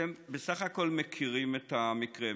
אתם בסך הכול מכירים את המקרה.